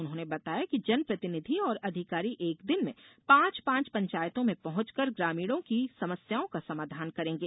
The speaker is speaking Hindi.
उन्होंने बताया कि जन प्रतिनिधि और अधिकारी एक दिन में पांच पांच पंचायतों में पहॅच कर ग्रामीणों की समस्याओं का समाधान करेंगे